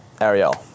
Ariel